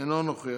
אינו נוכח.